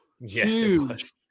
Yes